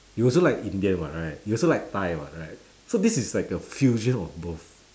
you also like indian [what] right you also like thai [what] right so this is like a fusion of both